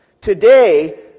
Today